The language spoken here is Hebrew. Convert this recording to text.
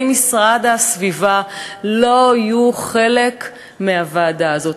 ארגוני הסביבה לא יהיו חלק מהוועדה הזאת?